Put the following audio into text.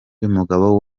y’umugabo